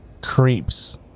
creeps